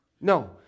No